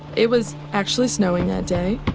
it was actually snowing that day.